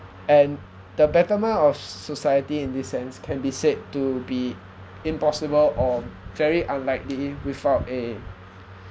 and the betterment of society in this sense can be said to be impossible or very unlikely without a